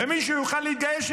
ומי שיוכל להתגייס,